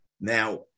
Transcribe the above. Now